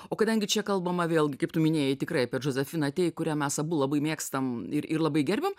o kadangi čia kalbama vėlgi kaip tu minėjai tikrai apie džozefiną tei kurią mes abu labai mėgstam ir ir labai gerbiam